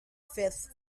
fifth